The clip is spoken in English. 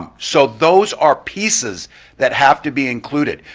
um so those are pieces that have to be included.